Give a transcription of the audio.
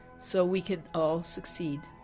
so, we can all succeed.